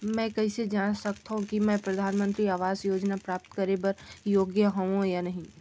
मैं कइसे जांच सकथव कि मैं परधानमंतरी आवास योजना प्राप्त करे बर योग्य हववं या नहीं?